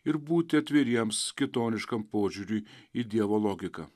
ir būti atviriems kitoniškam požiūriui į dievo logiką